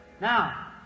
Now